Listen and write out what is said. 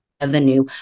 revenue